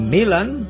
Milan